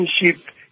relationship